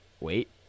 Wait